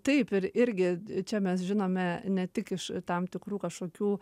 taip ir irgi čia mes žinome ne tik iš tam tikrų kažkokių